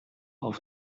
auf